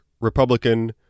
Republican